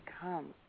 come